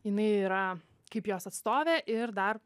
jinai yra kaip jos atstovė ir dar